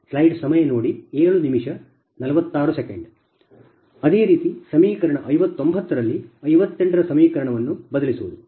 ಅದೇ ರೀತಿ ಸಮೀಕರಣ 59 ರಲ್ಲಿ 58 ರ ಸಮೀಕರಣವನ್ನು ಬದಲಿಸುವುದು